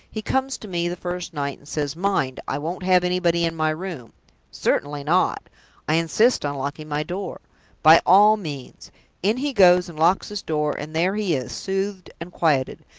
he comes to me the first night, and says mind, i won't have anybody in my room certainly not i insist on locking my door by all means in he goes, and locks his door and there he is, soothed and quieted,